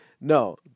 no